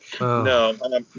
No